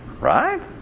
right